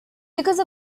because